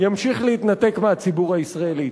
ימשיך להתנתק מהציבור הישראלי.